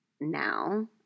now